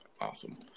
Awesome